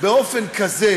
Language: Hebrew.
באופן כזה,